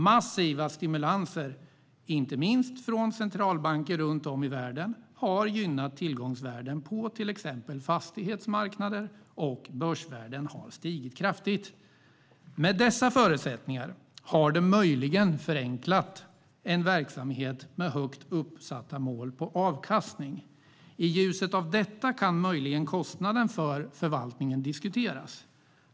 Massiva stimulanser, inte minst från centralbanker runt om i världen, har gynnat tillgångsvärden på till exempel fastighetsmarknader, och börsvärden har stigit kraftigt. Med dessa förutsättningar har det möjligen förenklat en verksamhet med högt uppsatta mål på avkastning. I ljuset av detta kan möjligen kostnaden för förvaltningen diskuteras.